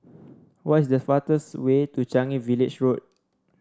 what is the fastest way to Changi Village Road